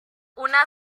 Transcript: una